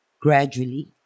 gradually